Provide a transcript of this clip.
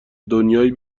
دنیایی